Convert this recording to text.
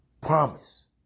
promise